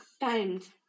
Times